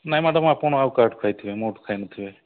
ନାହିଁ ମ୍ୟାଡ଼ାମ୍ ଆପଣ ଆଉ କାହାଠୁ ଖାଇଥିବେ ମୋଠୁ ଖାଇନଥିବେ